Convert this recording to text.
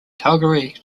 calgary